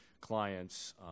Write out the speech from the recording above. clients